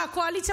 מהקואליציה,